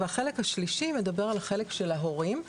והחלק השלישי מדבר על חלק של ההורים.